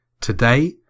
today